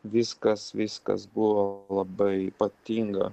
viskas viskas buvo labai ypatinga